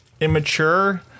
immature